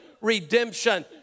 redemption